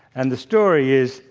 and the story is,